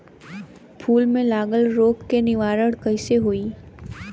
फूल में लागल रोग के निवारण कैसे होयी?